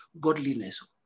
godliness